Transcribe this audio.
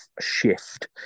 shift